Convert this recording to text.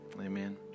Amen